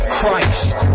Christ